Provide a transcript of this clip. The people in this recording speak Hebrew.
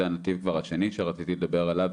זה הנתיב השני שרציתי לדבר עליו,